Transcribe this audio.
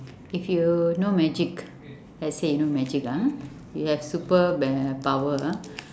if you know magic let's say you know magic ah you have super power ah